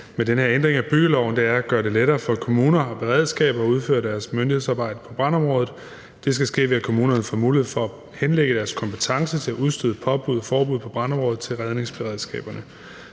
ændring af byggeloven er at gøre det lettere for kommuner og beredskaber at udføre deres myndighedsarbejde på brandområdet. Det skal ske ved, at kommunerne får mulighed for at henlægge deres kompetence til at udstede påbud og forbud på brandområdet til redningsberedskaberne.